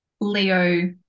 Leo